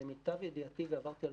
למיטב ידיעתי ועברתי על